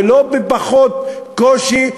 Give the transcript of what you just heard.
ולא בפחות קושי,